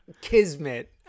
kismet